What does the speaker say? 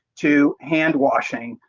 to handwashing.